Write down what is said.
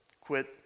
quit